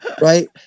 Right